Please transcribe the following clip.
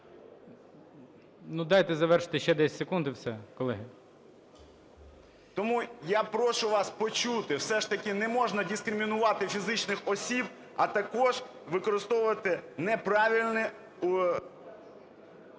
Дайте завершити ще 10 секунд, і все, колеги. БОНДАРЄВ К.А. Тому я прошу вас почути все ж таки, не можна дискримінувати фізичних осіб, а також використовувати неправильне…